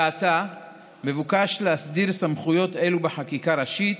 עתה מבוקש להסדיר סמכויות אלו בחקיקה ראשית,